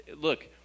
look